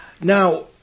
Now